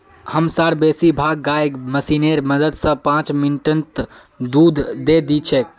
हमसार बेसी भाग गाय मशीनेर मदद स पांच मिनटत दूध दे दी छेक